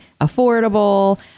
affordable